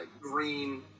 green